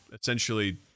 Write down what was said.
essentially